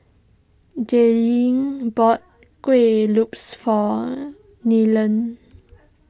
Jadyn bought Kuih Lopes for Nellie